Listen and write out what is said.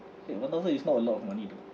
see one thousand it's not a lot of money